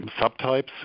subtypes